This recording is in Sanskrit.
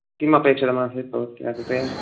किम् अपेक्षितमासीत् भवत्याः कृते